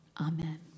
Amen